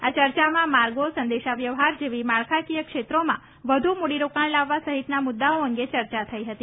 આ ચર્ચામાં માર્ગો સંદેશા વ્યવહાર જેવા માળખાકીય ક્ષેત્રોમાં વધુ મૂડીરોકાણ લાવવા સહિતના મુદ્દાઓ અંગે ચર્ચા થઈ હતી